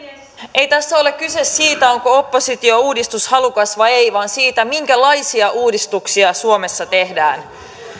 ei tässä ole kyse siitä onko oppositio uudistushalukas vai ei vaan siitä minkälaisia uudistuksia suomessa tehdään